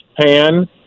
pan